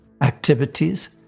activities